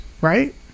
Right